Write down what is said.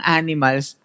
animals